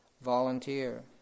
Volunteer